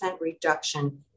reduction